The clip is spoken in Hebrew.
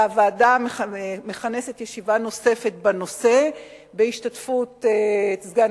והיא מכנסת ישיבה נוספת בנושא בהשתתפות סגן